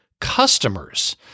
customers